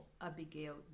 Abigail